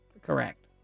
Correct